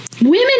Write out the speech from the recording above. Women